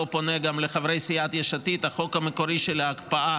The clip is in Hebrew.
פונה פה גם לחברי סיעת יש עתיד: החוק המקורי של ההקפאה